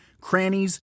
crannies